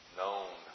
known